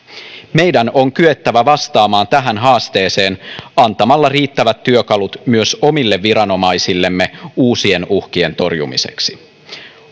meidän on kyettävä vastaamaan tähän haasteeseen antamalla riittävät työkalut myös omille viranomaisillemme uusien uhkien torjumiseksi